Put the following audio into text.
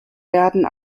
werden